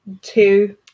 two